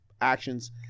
actions